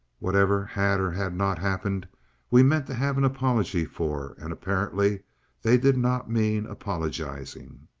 whatever had or had not happened we meant to have an apology for, and apparently they did not mean apologizing.